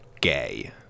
gay